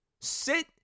Sit